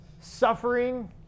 suffering